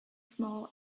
small